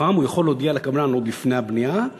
הוא יכול להודיע לקבלן עוד לפני הבנייה,